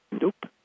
Nope